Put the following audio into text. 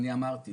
אני אמרתי.